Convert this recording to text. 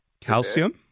Calcium